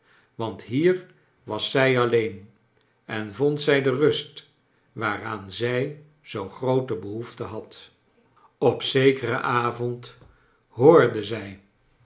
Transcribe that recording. want hier was zij alleen en vond zij de rust waaraan zij zoo groote behoefte had op zekeren avond hoorde zij